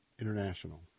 International